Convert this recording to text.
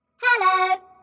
Hello